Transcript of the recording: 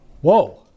Whoa